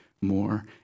more